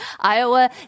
Iowa